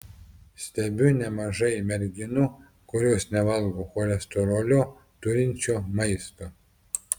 stebiu nemažai merginų kurios nevalgo cholesterolio turinčio maisto